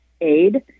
aid